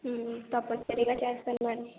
తప్పనిసరిగా చేస్తాను మేడం